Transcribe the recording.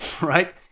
right